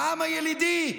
העם הילידי.